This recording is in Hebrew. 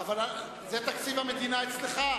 זה תקציב המדינה אצלך,